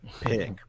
pick